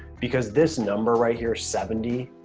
because this number right here, seventy,